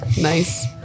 Nice